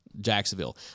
Jacksonville